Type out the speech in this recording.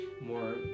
more